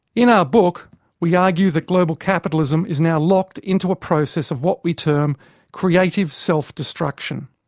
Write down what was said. in our book we argue that global capitalism is now locked into a process of what we term creative self-destruction.